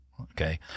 okay